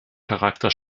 charakter